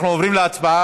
אנחנו עוברים להצבעה